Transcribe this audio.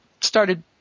started